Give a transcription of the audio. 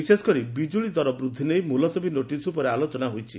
ବିଶେଷକରି ବିଜୁଳି ଦର ବୃଦ୍ଧି ନେଇ ମୁଲତବୀ ନୋଟିସ ଉପରେ ଆଲୋଚନା ହୋଇଛି